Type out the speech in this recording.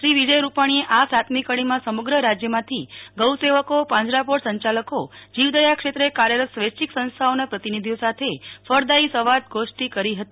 શ્રી વિજયભાઇ રૂપાણીએ આ સાતમી કડીમાં સમગ્ર રાજ્યમાંથી ગૌસેવકો પાંજરાપોળ સંચાલકો જીવદયા ક્ષેત્રે કાર્યરત સ્વૈચ્છિક સંસ્થાઓના પ્રતિનિધિઓ સાથે ફળદાયી સંવાદ ગોષ્ઠિ કરી હતી